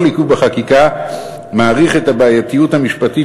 כל עיכוב בחקיקה מאריך את הבעייתיות המשפטית